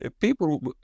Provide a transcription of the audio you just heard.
People